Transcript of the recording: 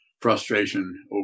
frustration